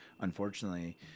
unfortunately